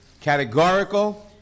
categorical